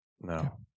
No